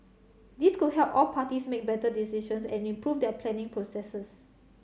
this could help all parties make better decisions and improve their planning processes